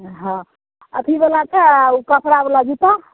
हँ अथीवला छै ओ कपड़ावला जुत्ता